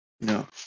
No